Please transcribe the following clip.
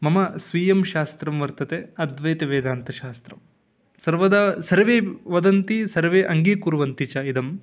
मम स्वीयं शास्त्रं वर्तते अद्वैतवेदान्तशास्त्रं सर्वदा सर्वे वदन्ति सर्वे अङ्गीकुर्वन्ति च इदम्